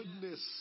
goodness